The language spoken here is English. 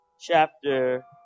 chapter